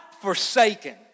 forsaken